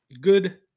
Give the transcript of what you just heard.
Good